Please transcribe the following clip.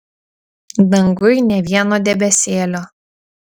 danguj nė vieno debesėlio